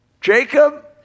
Jacob